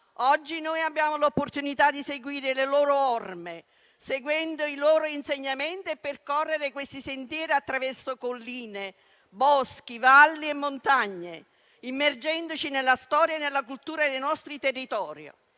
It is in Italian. oggi noi abbiamo l'opportunità di seguire le loro orme e i loro insegnamenti, percorrendo questi sentieri attraverso colline, boschi, valli e montagne, immergendoci nella storia e nella cultura dei nostri territori,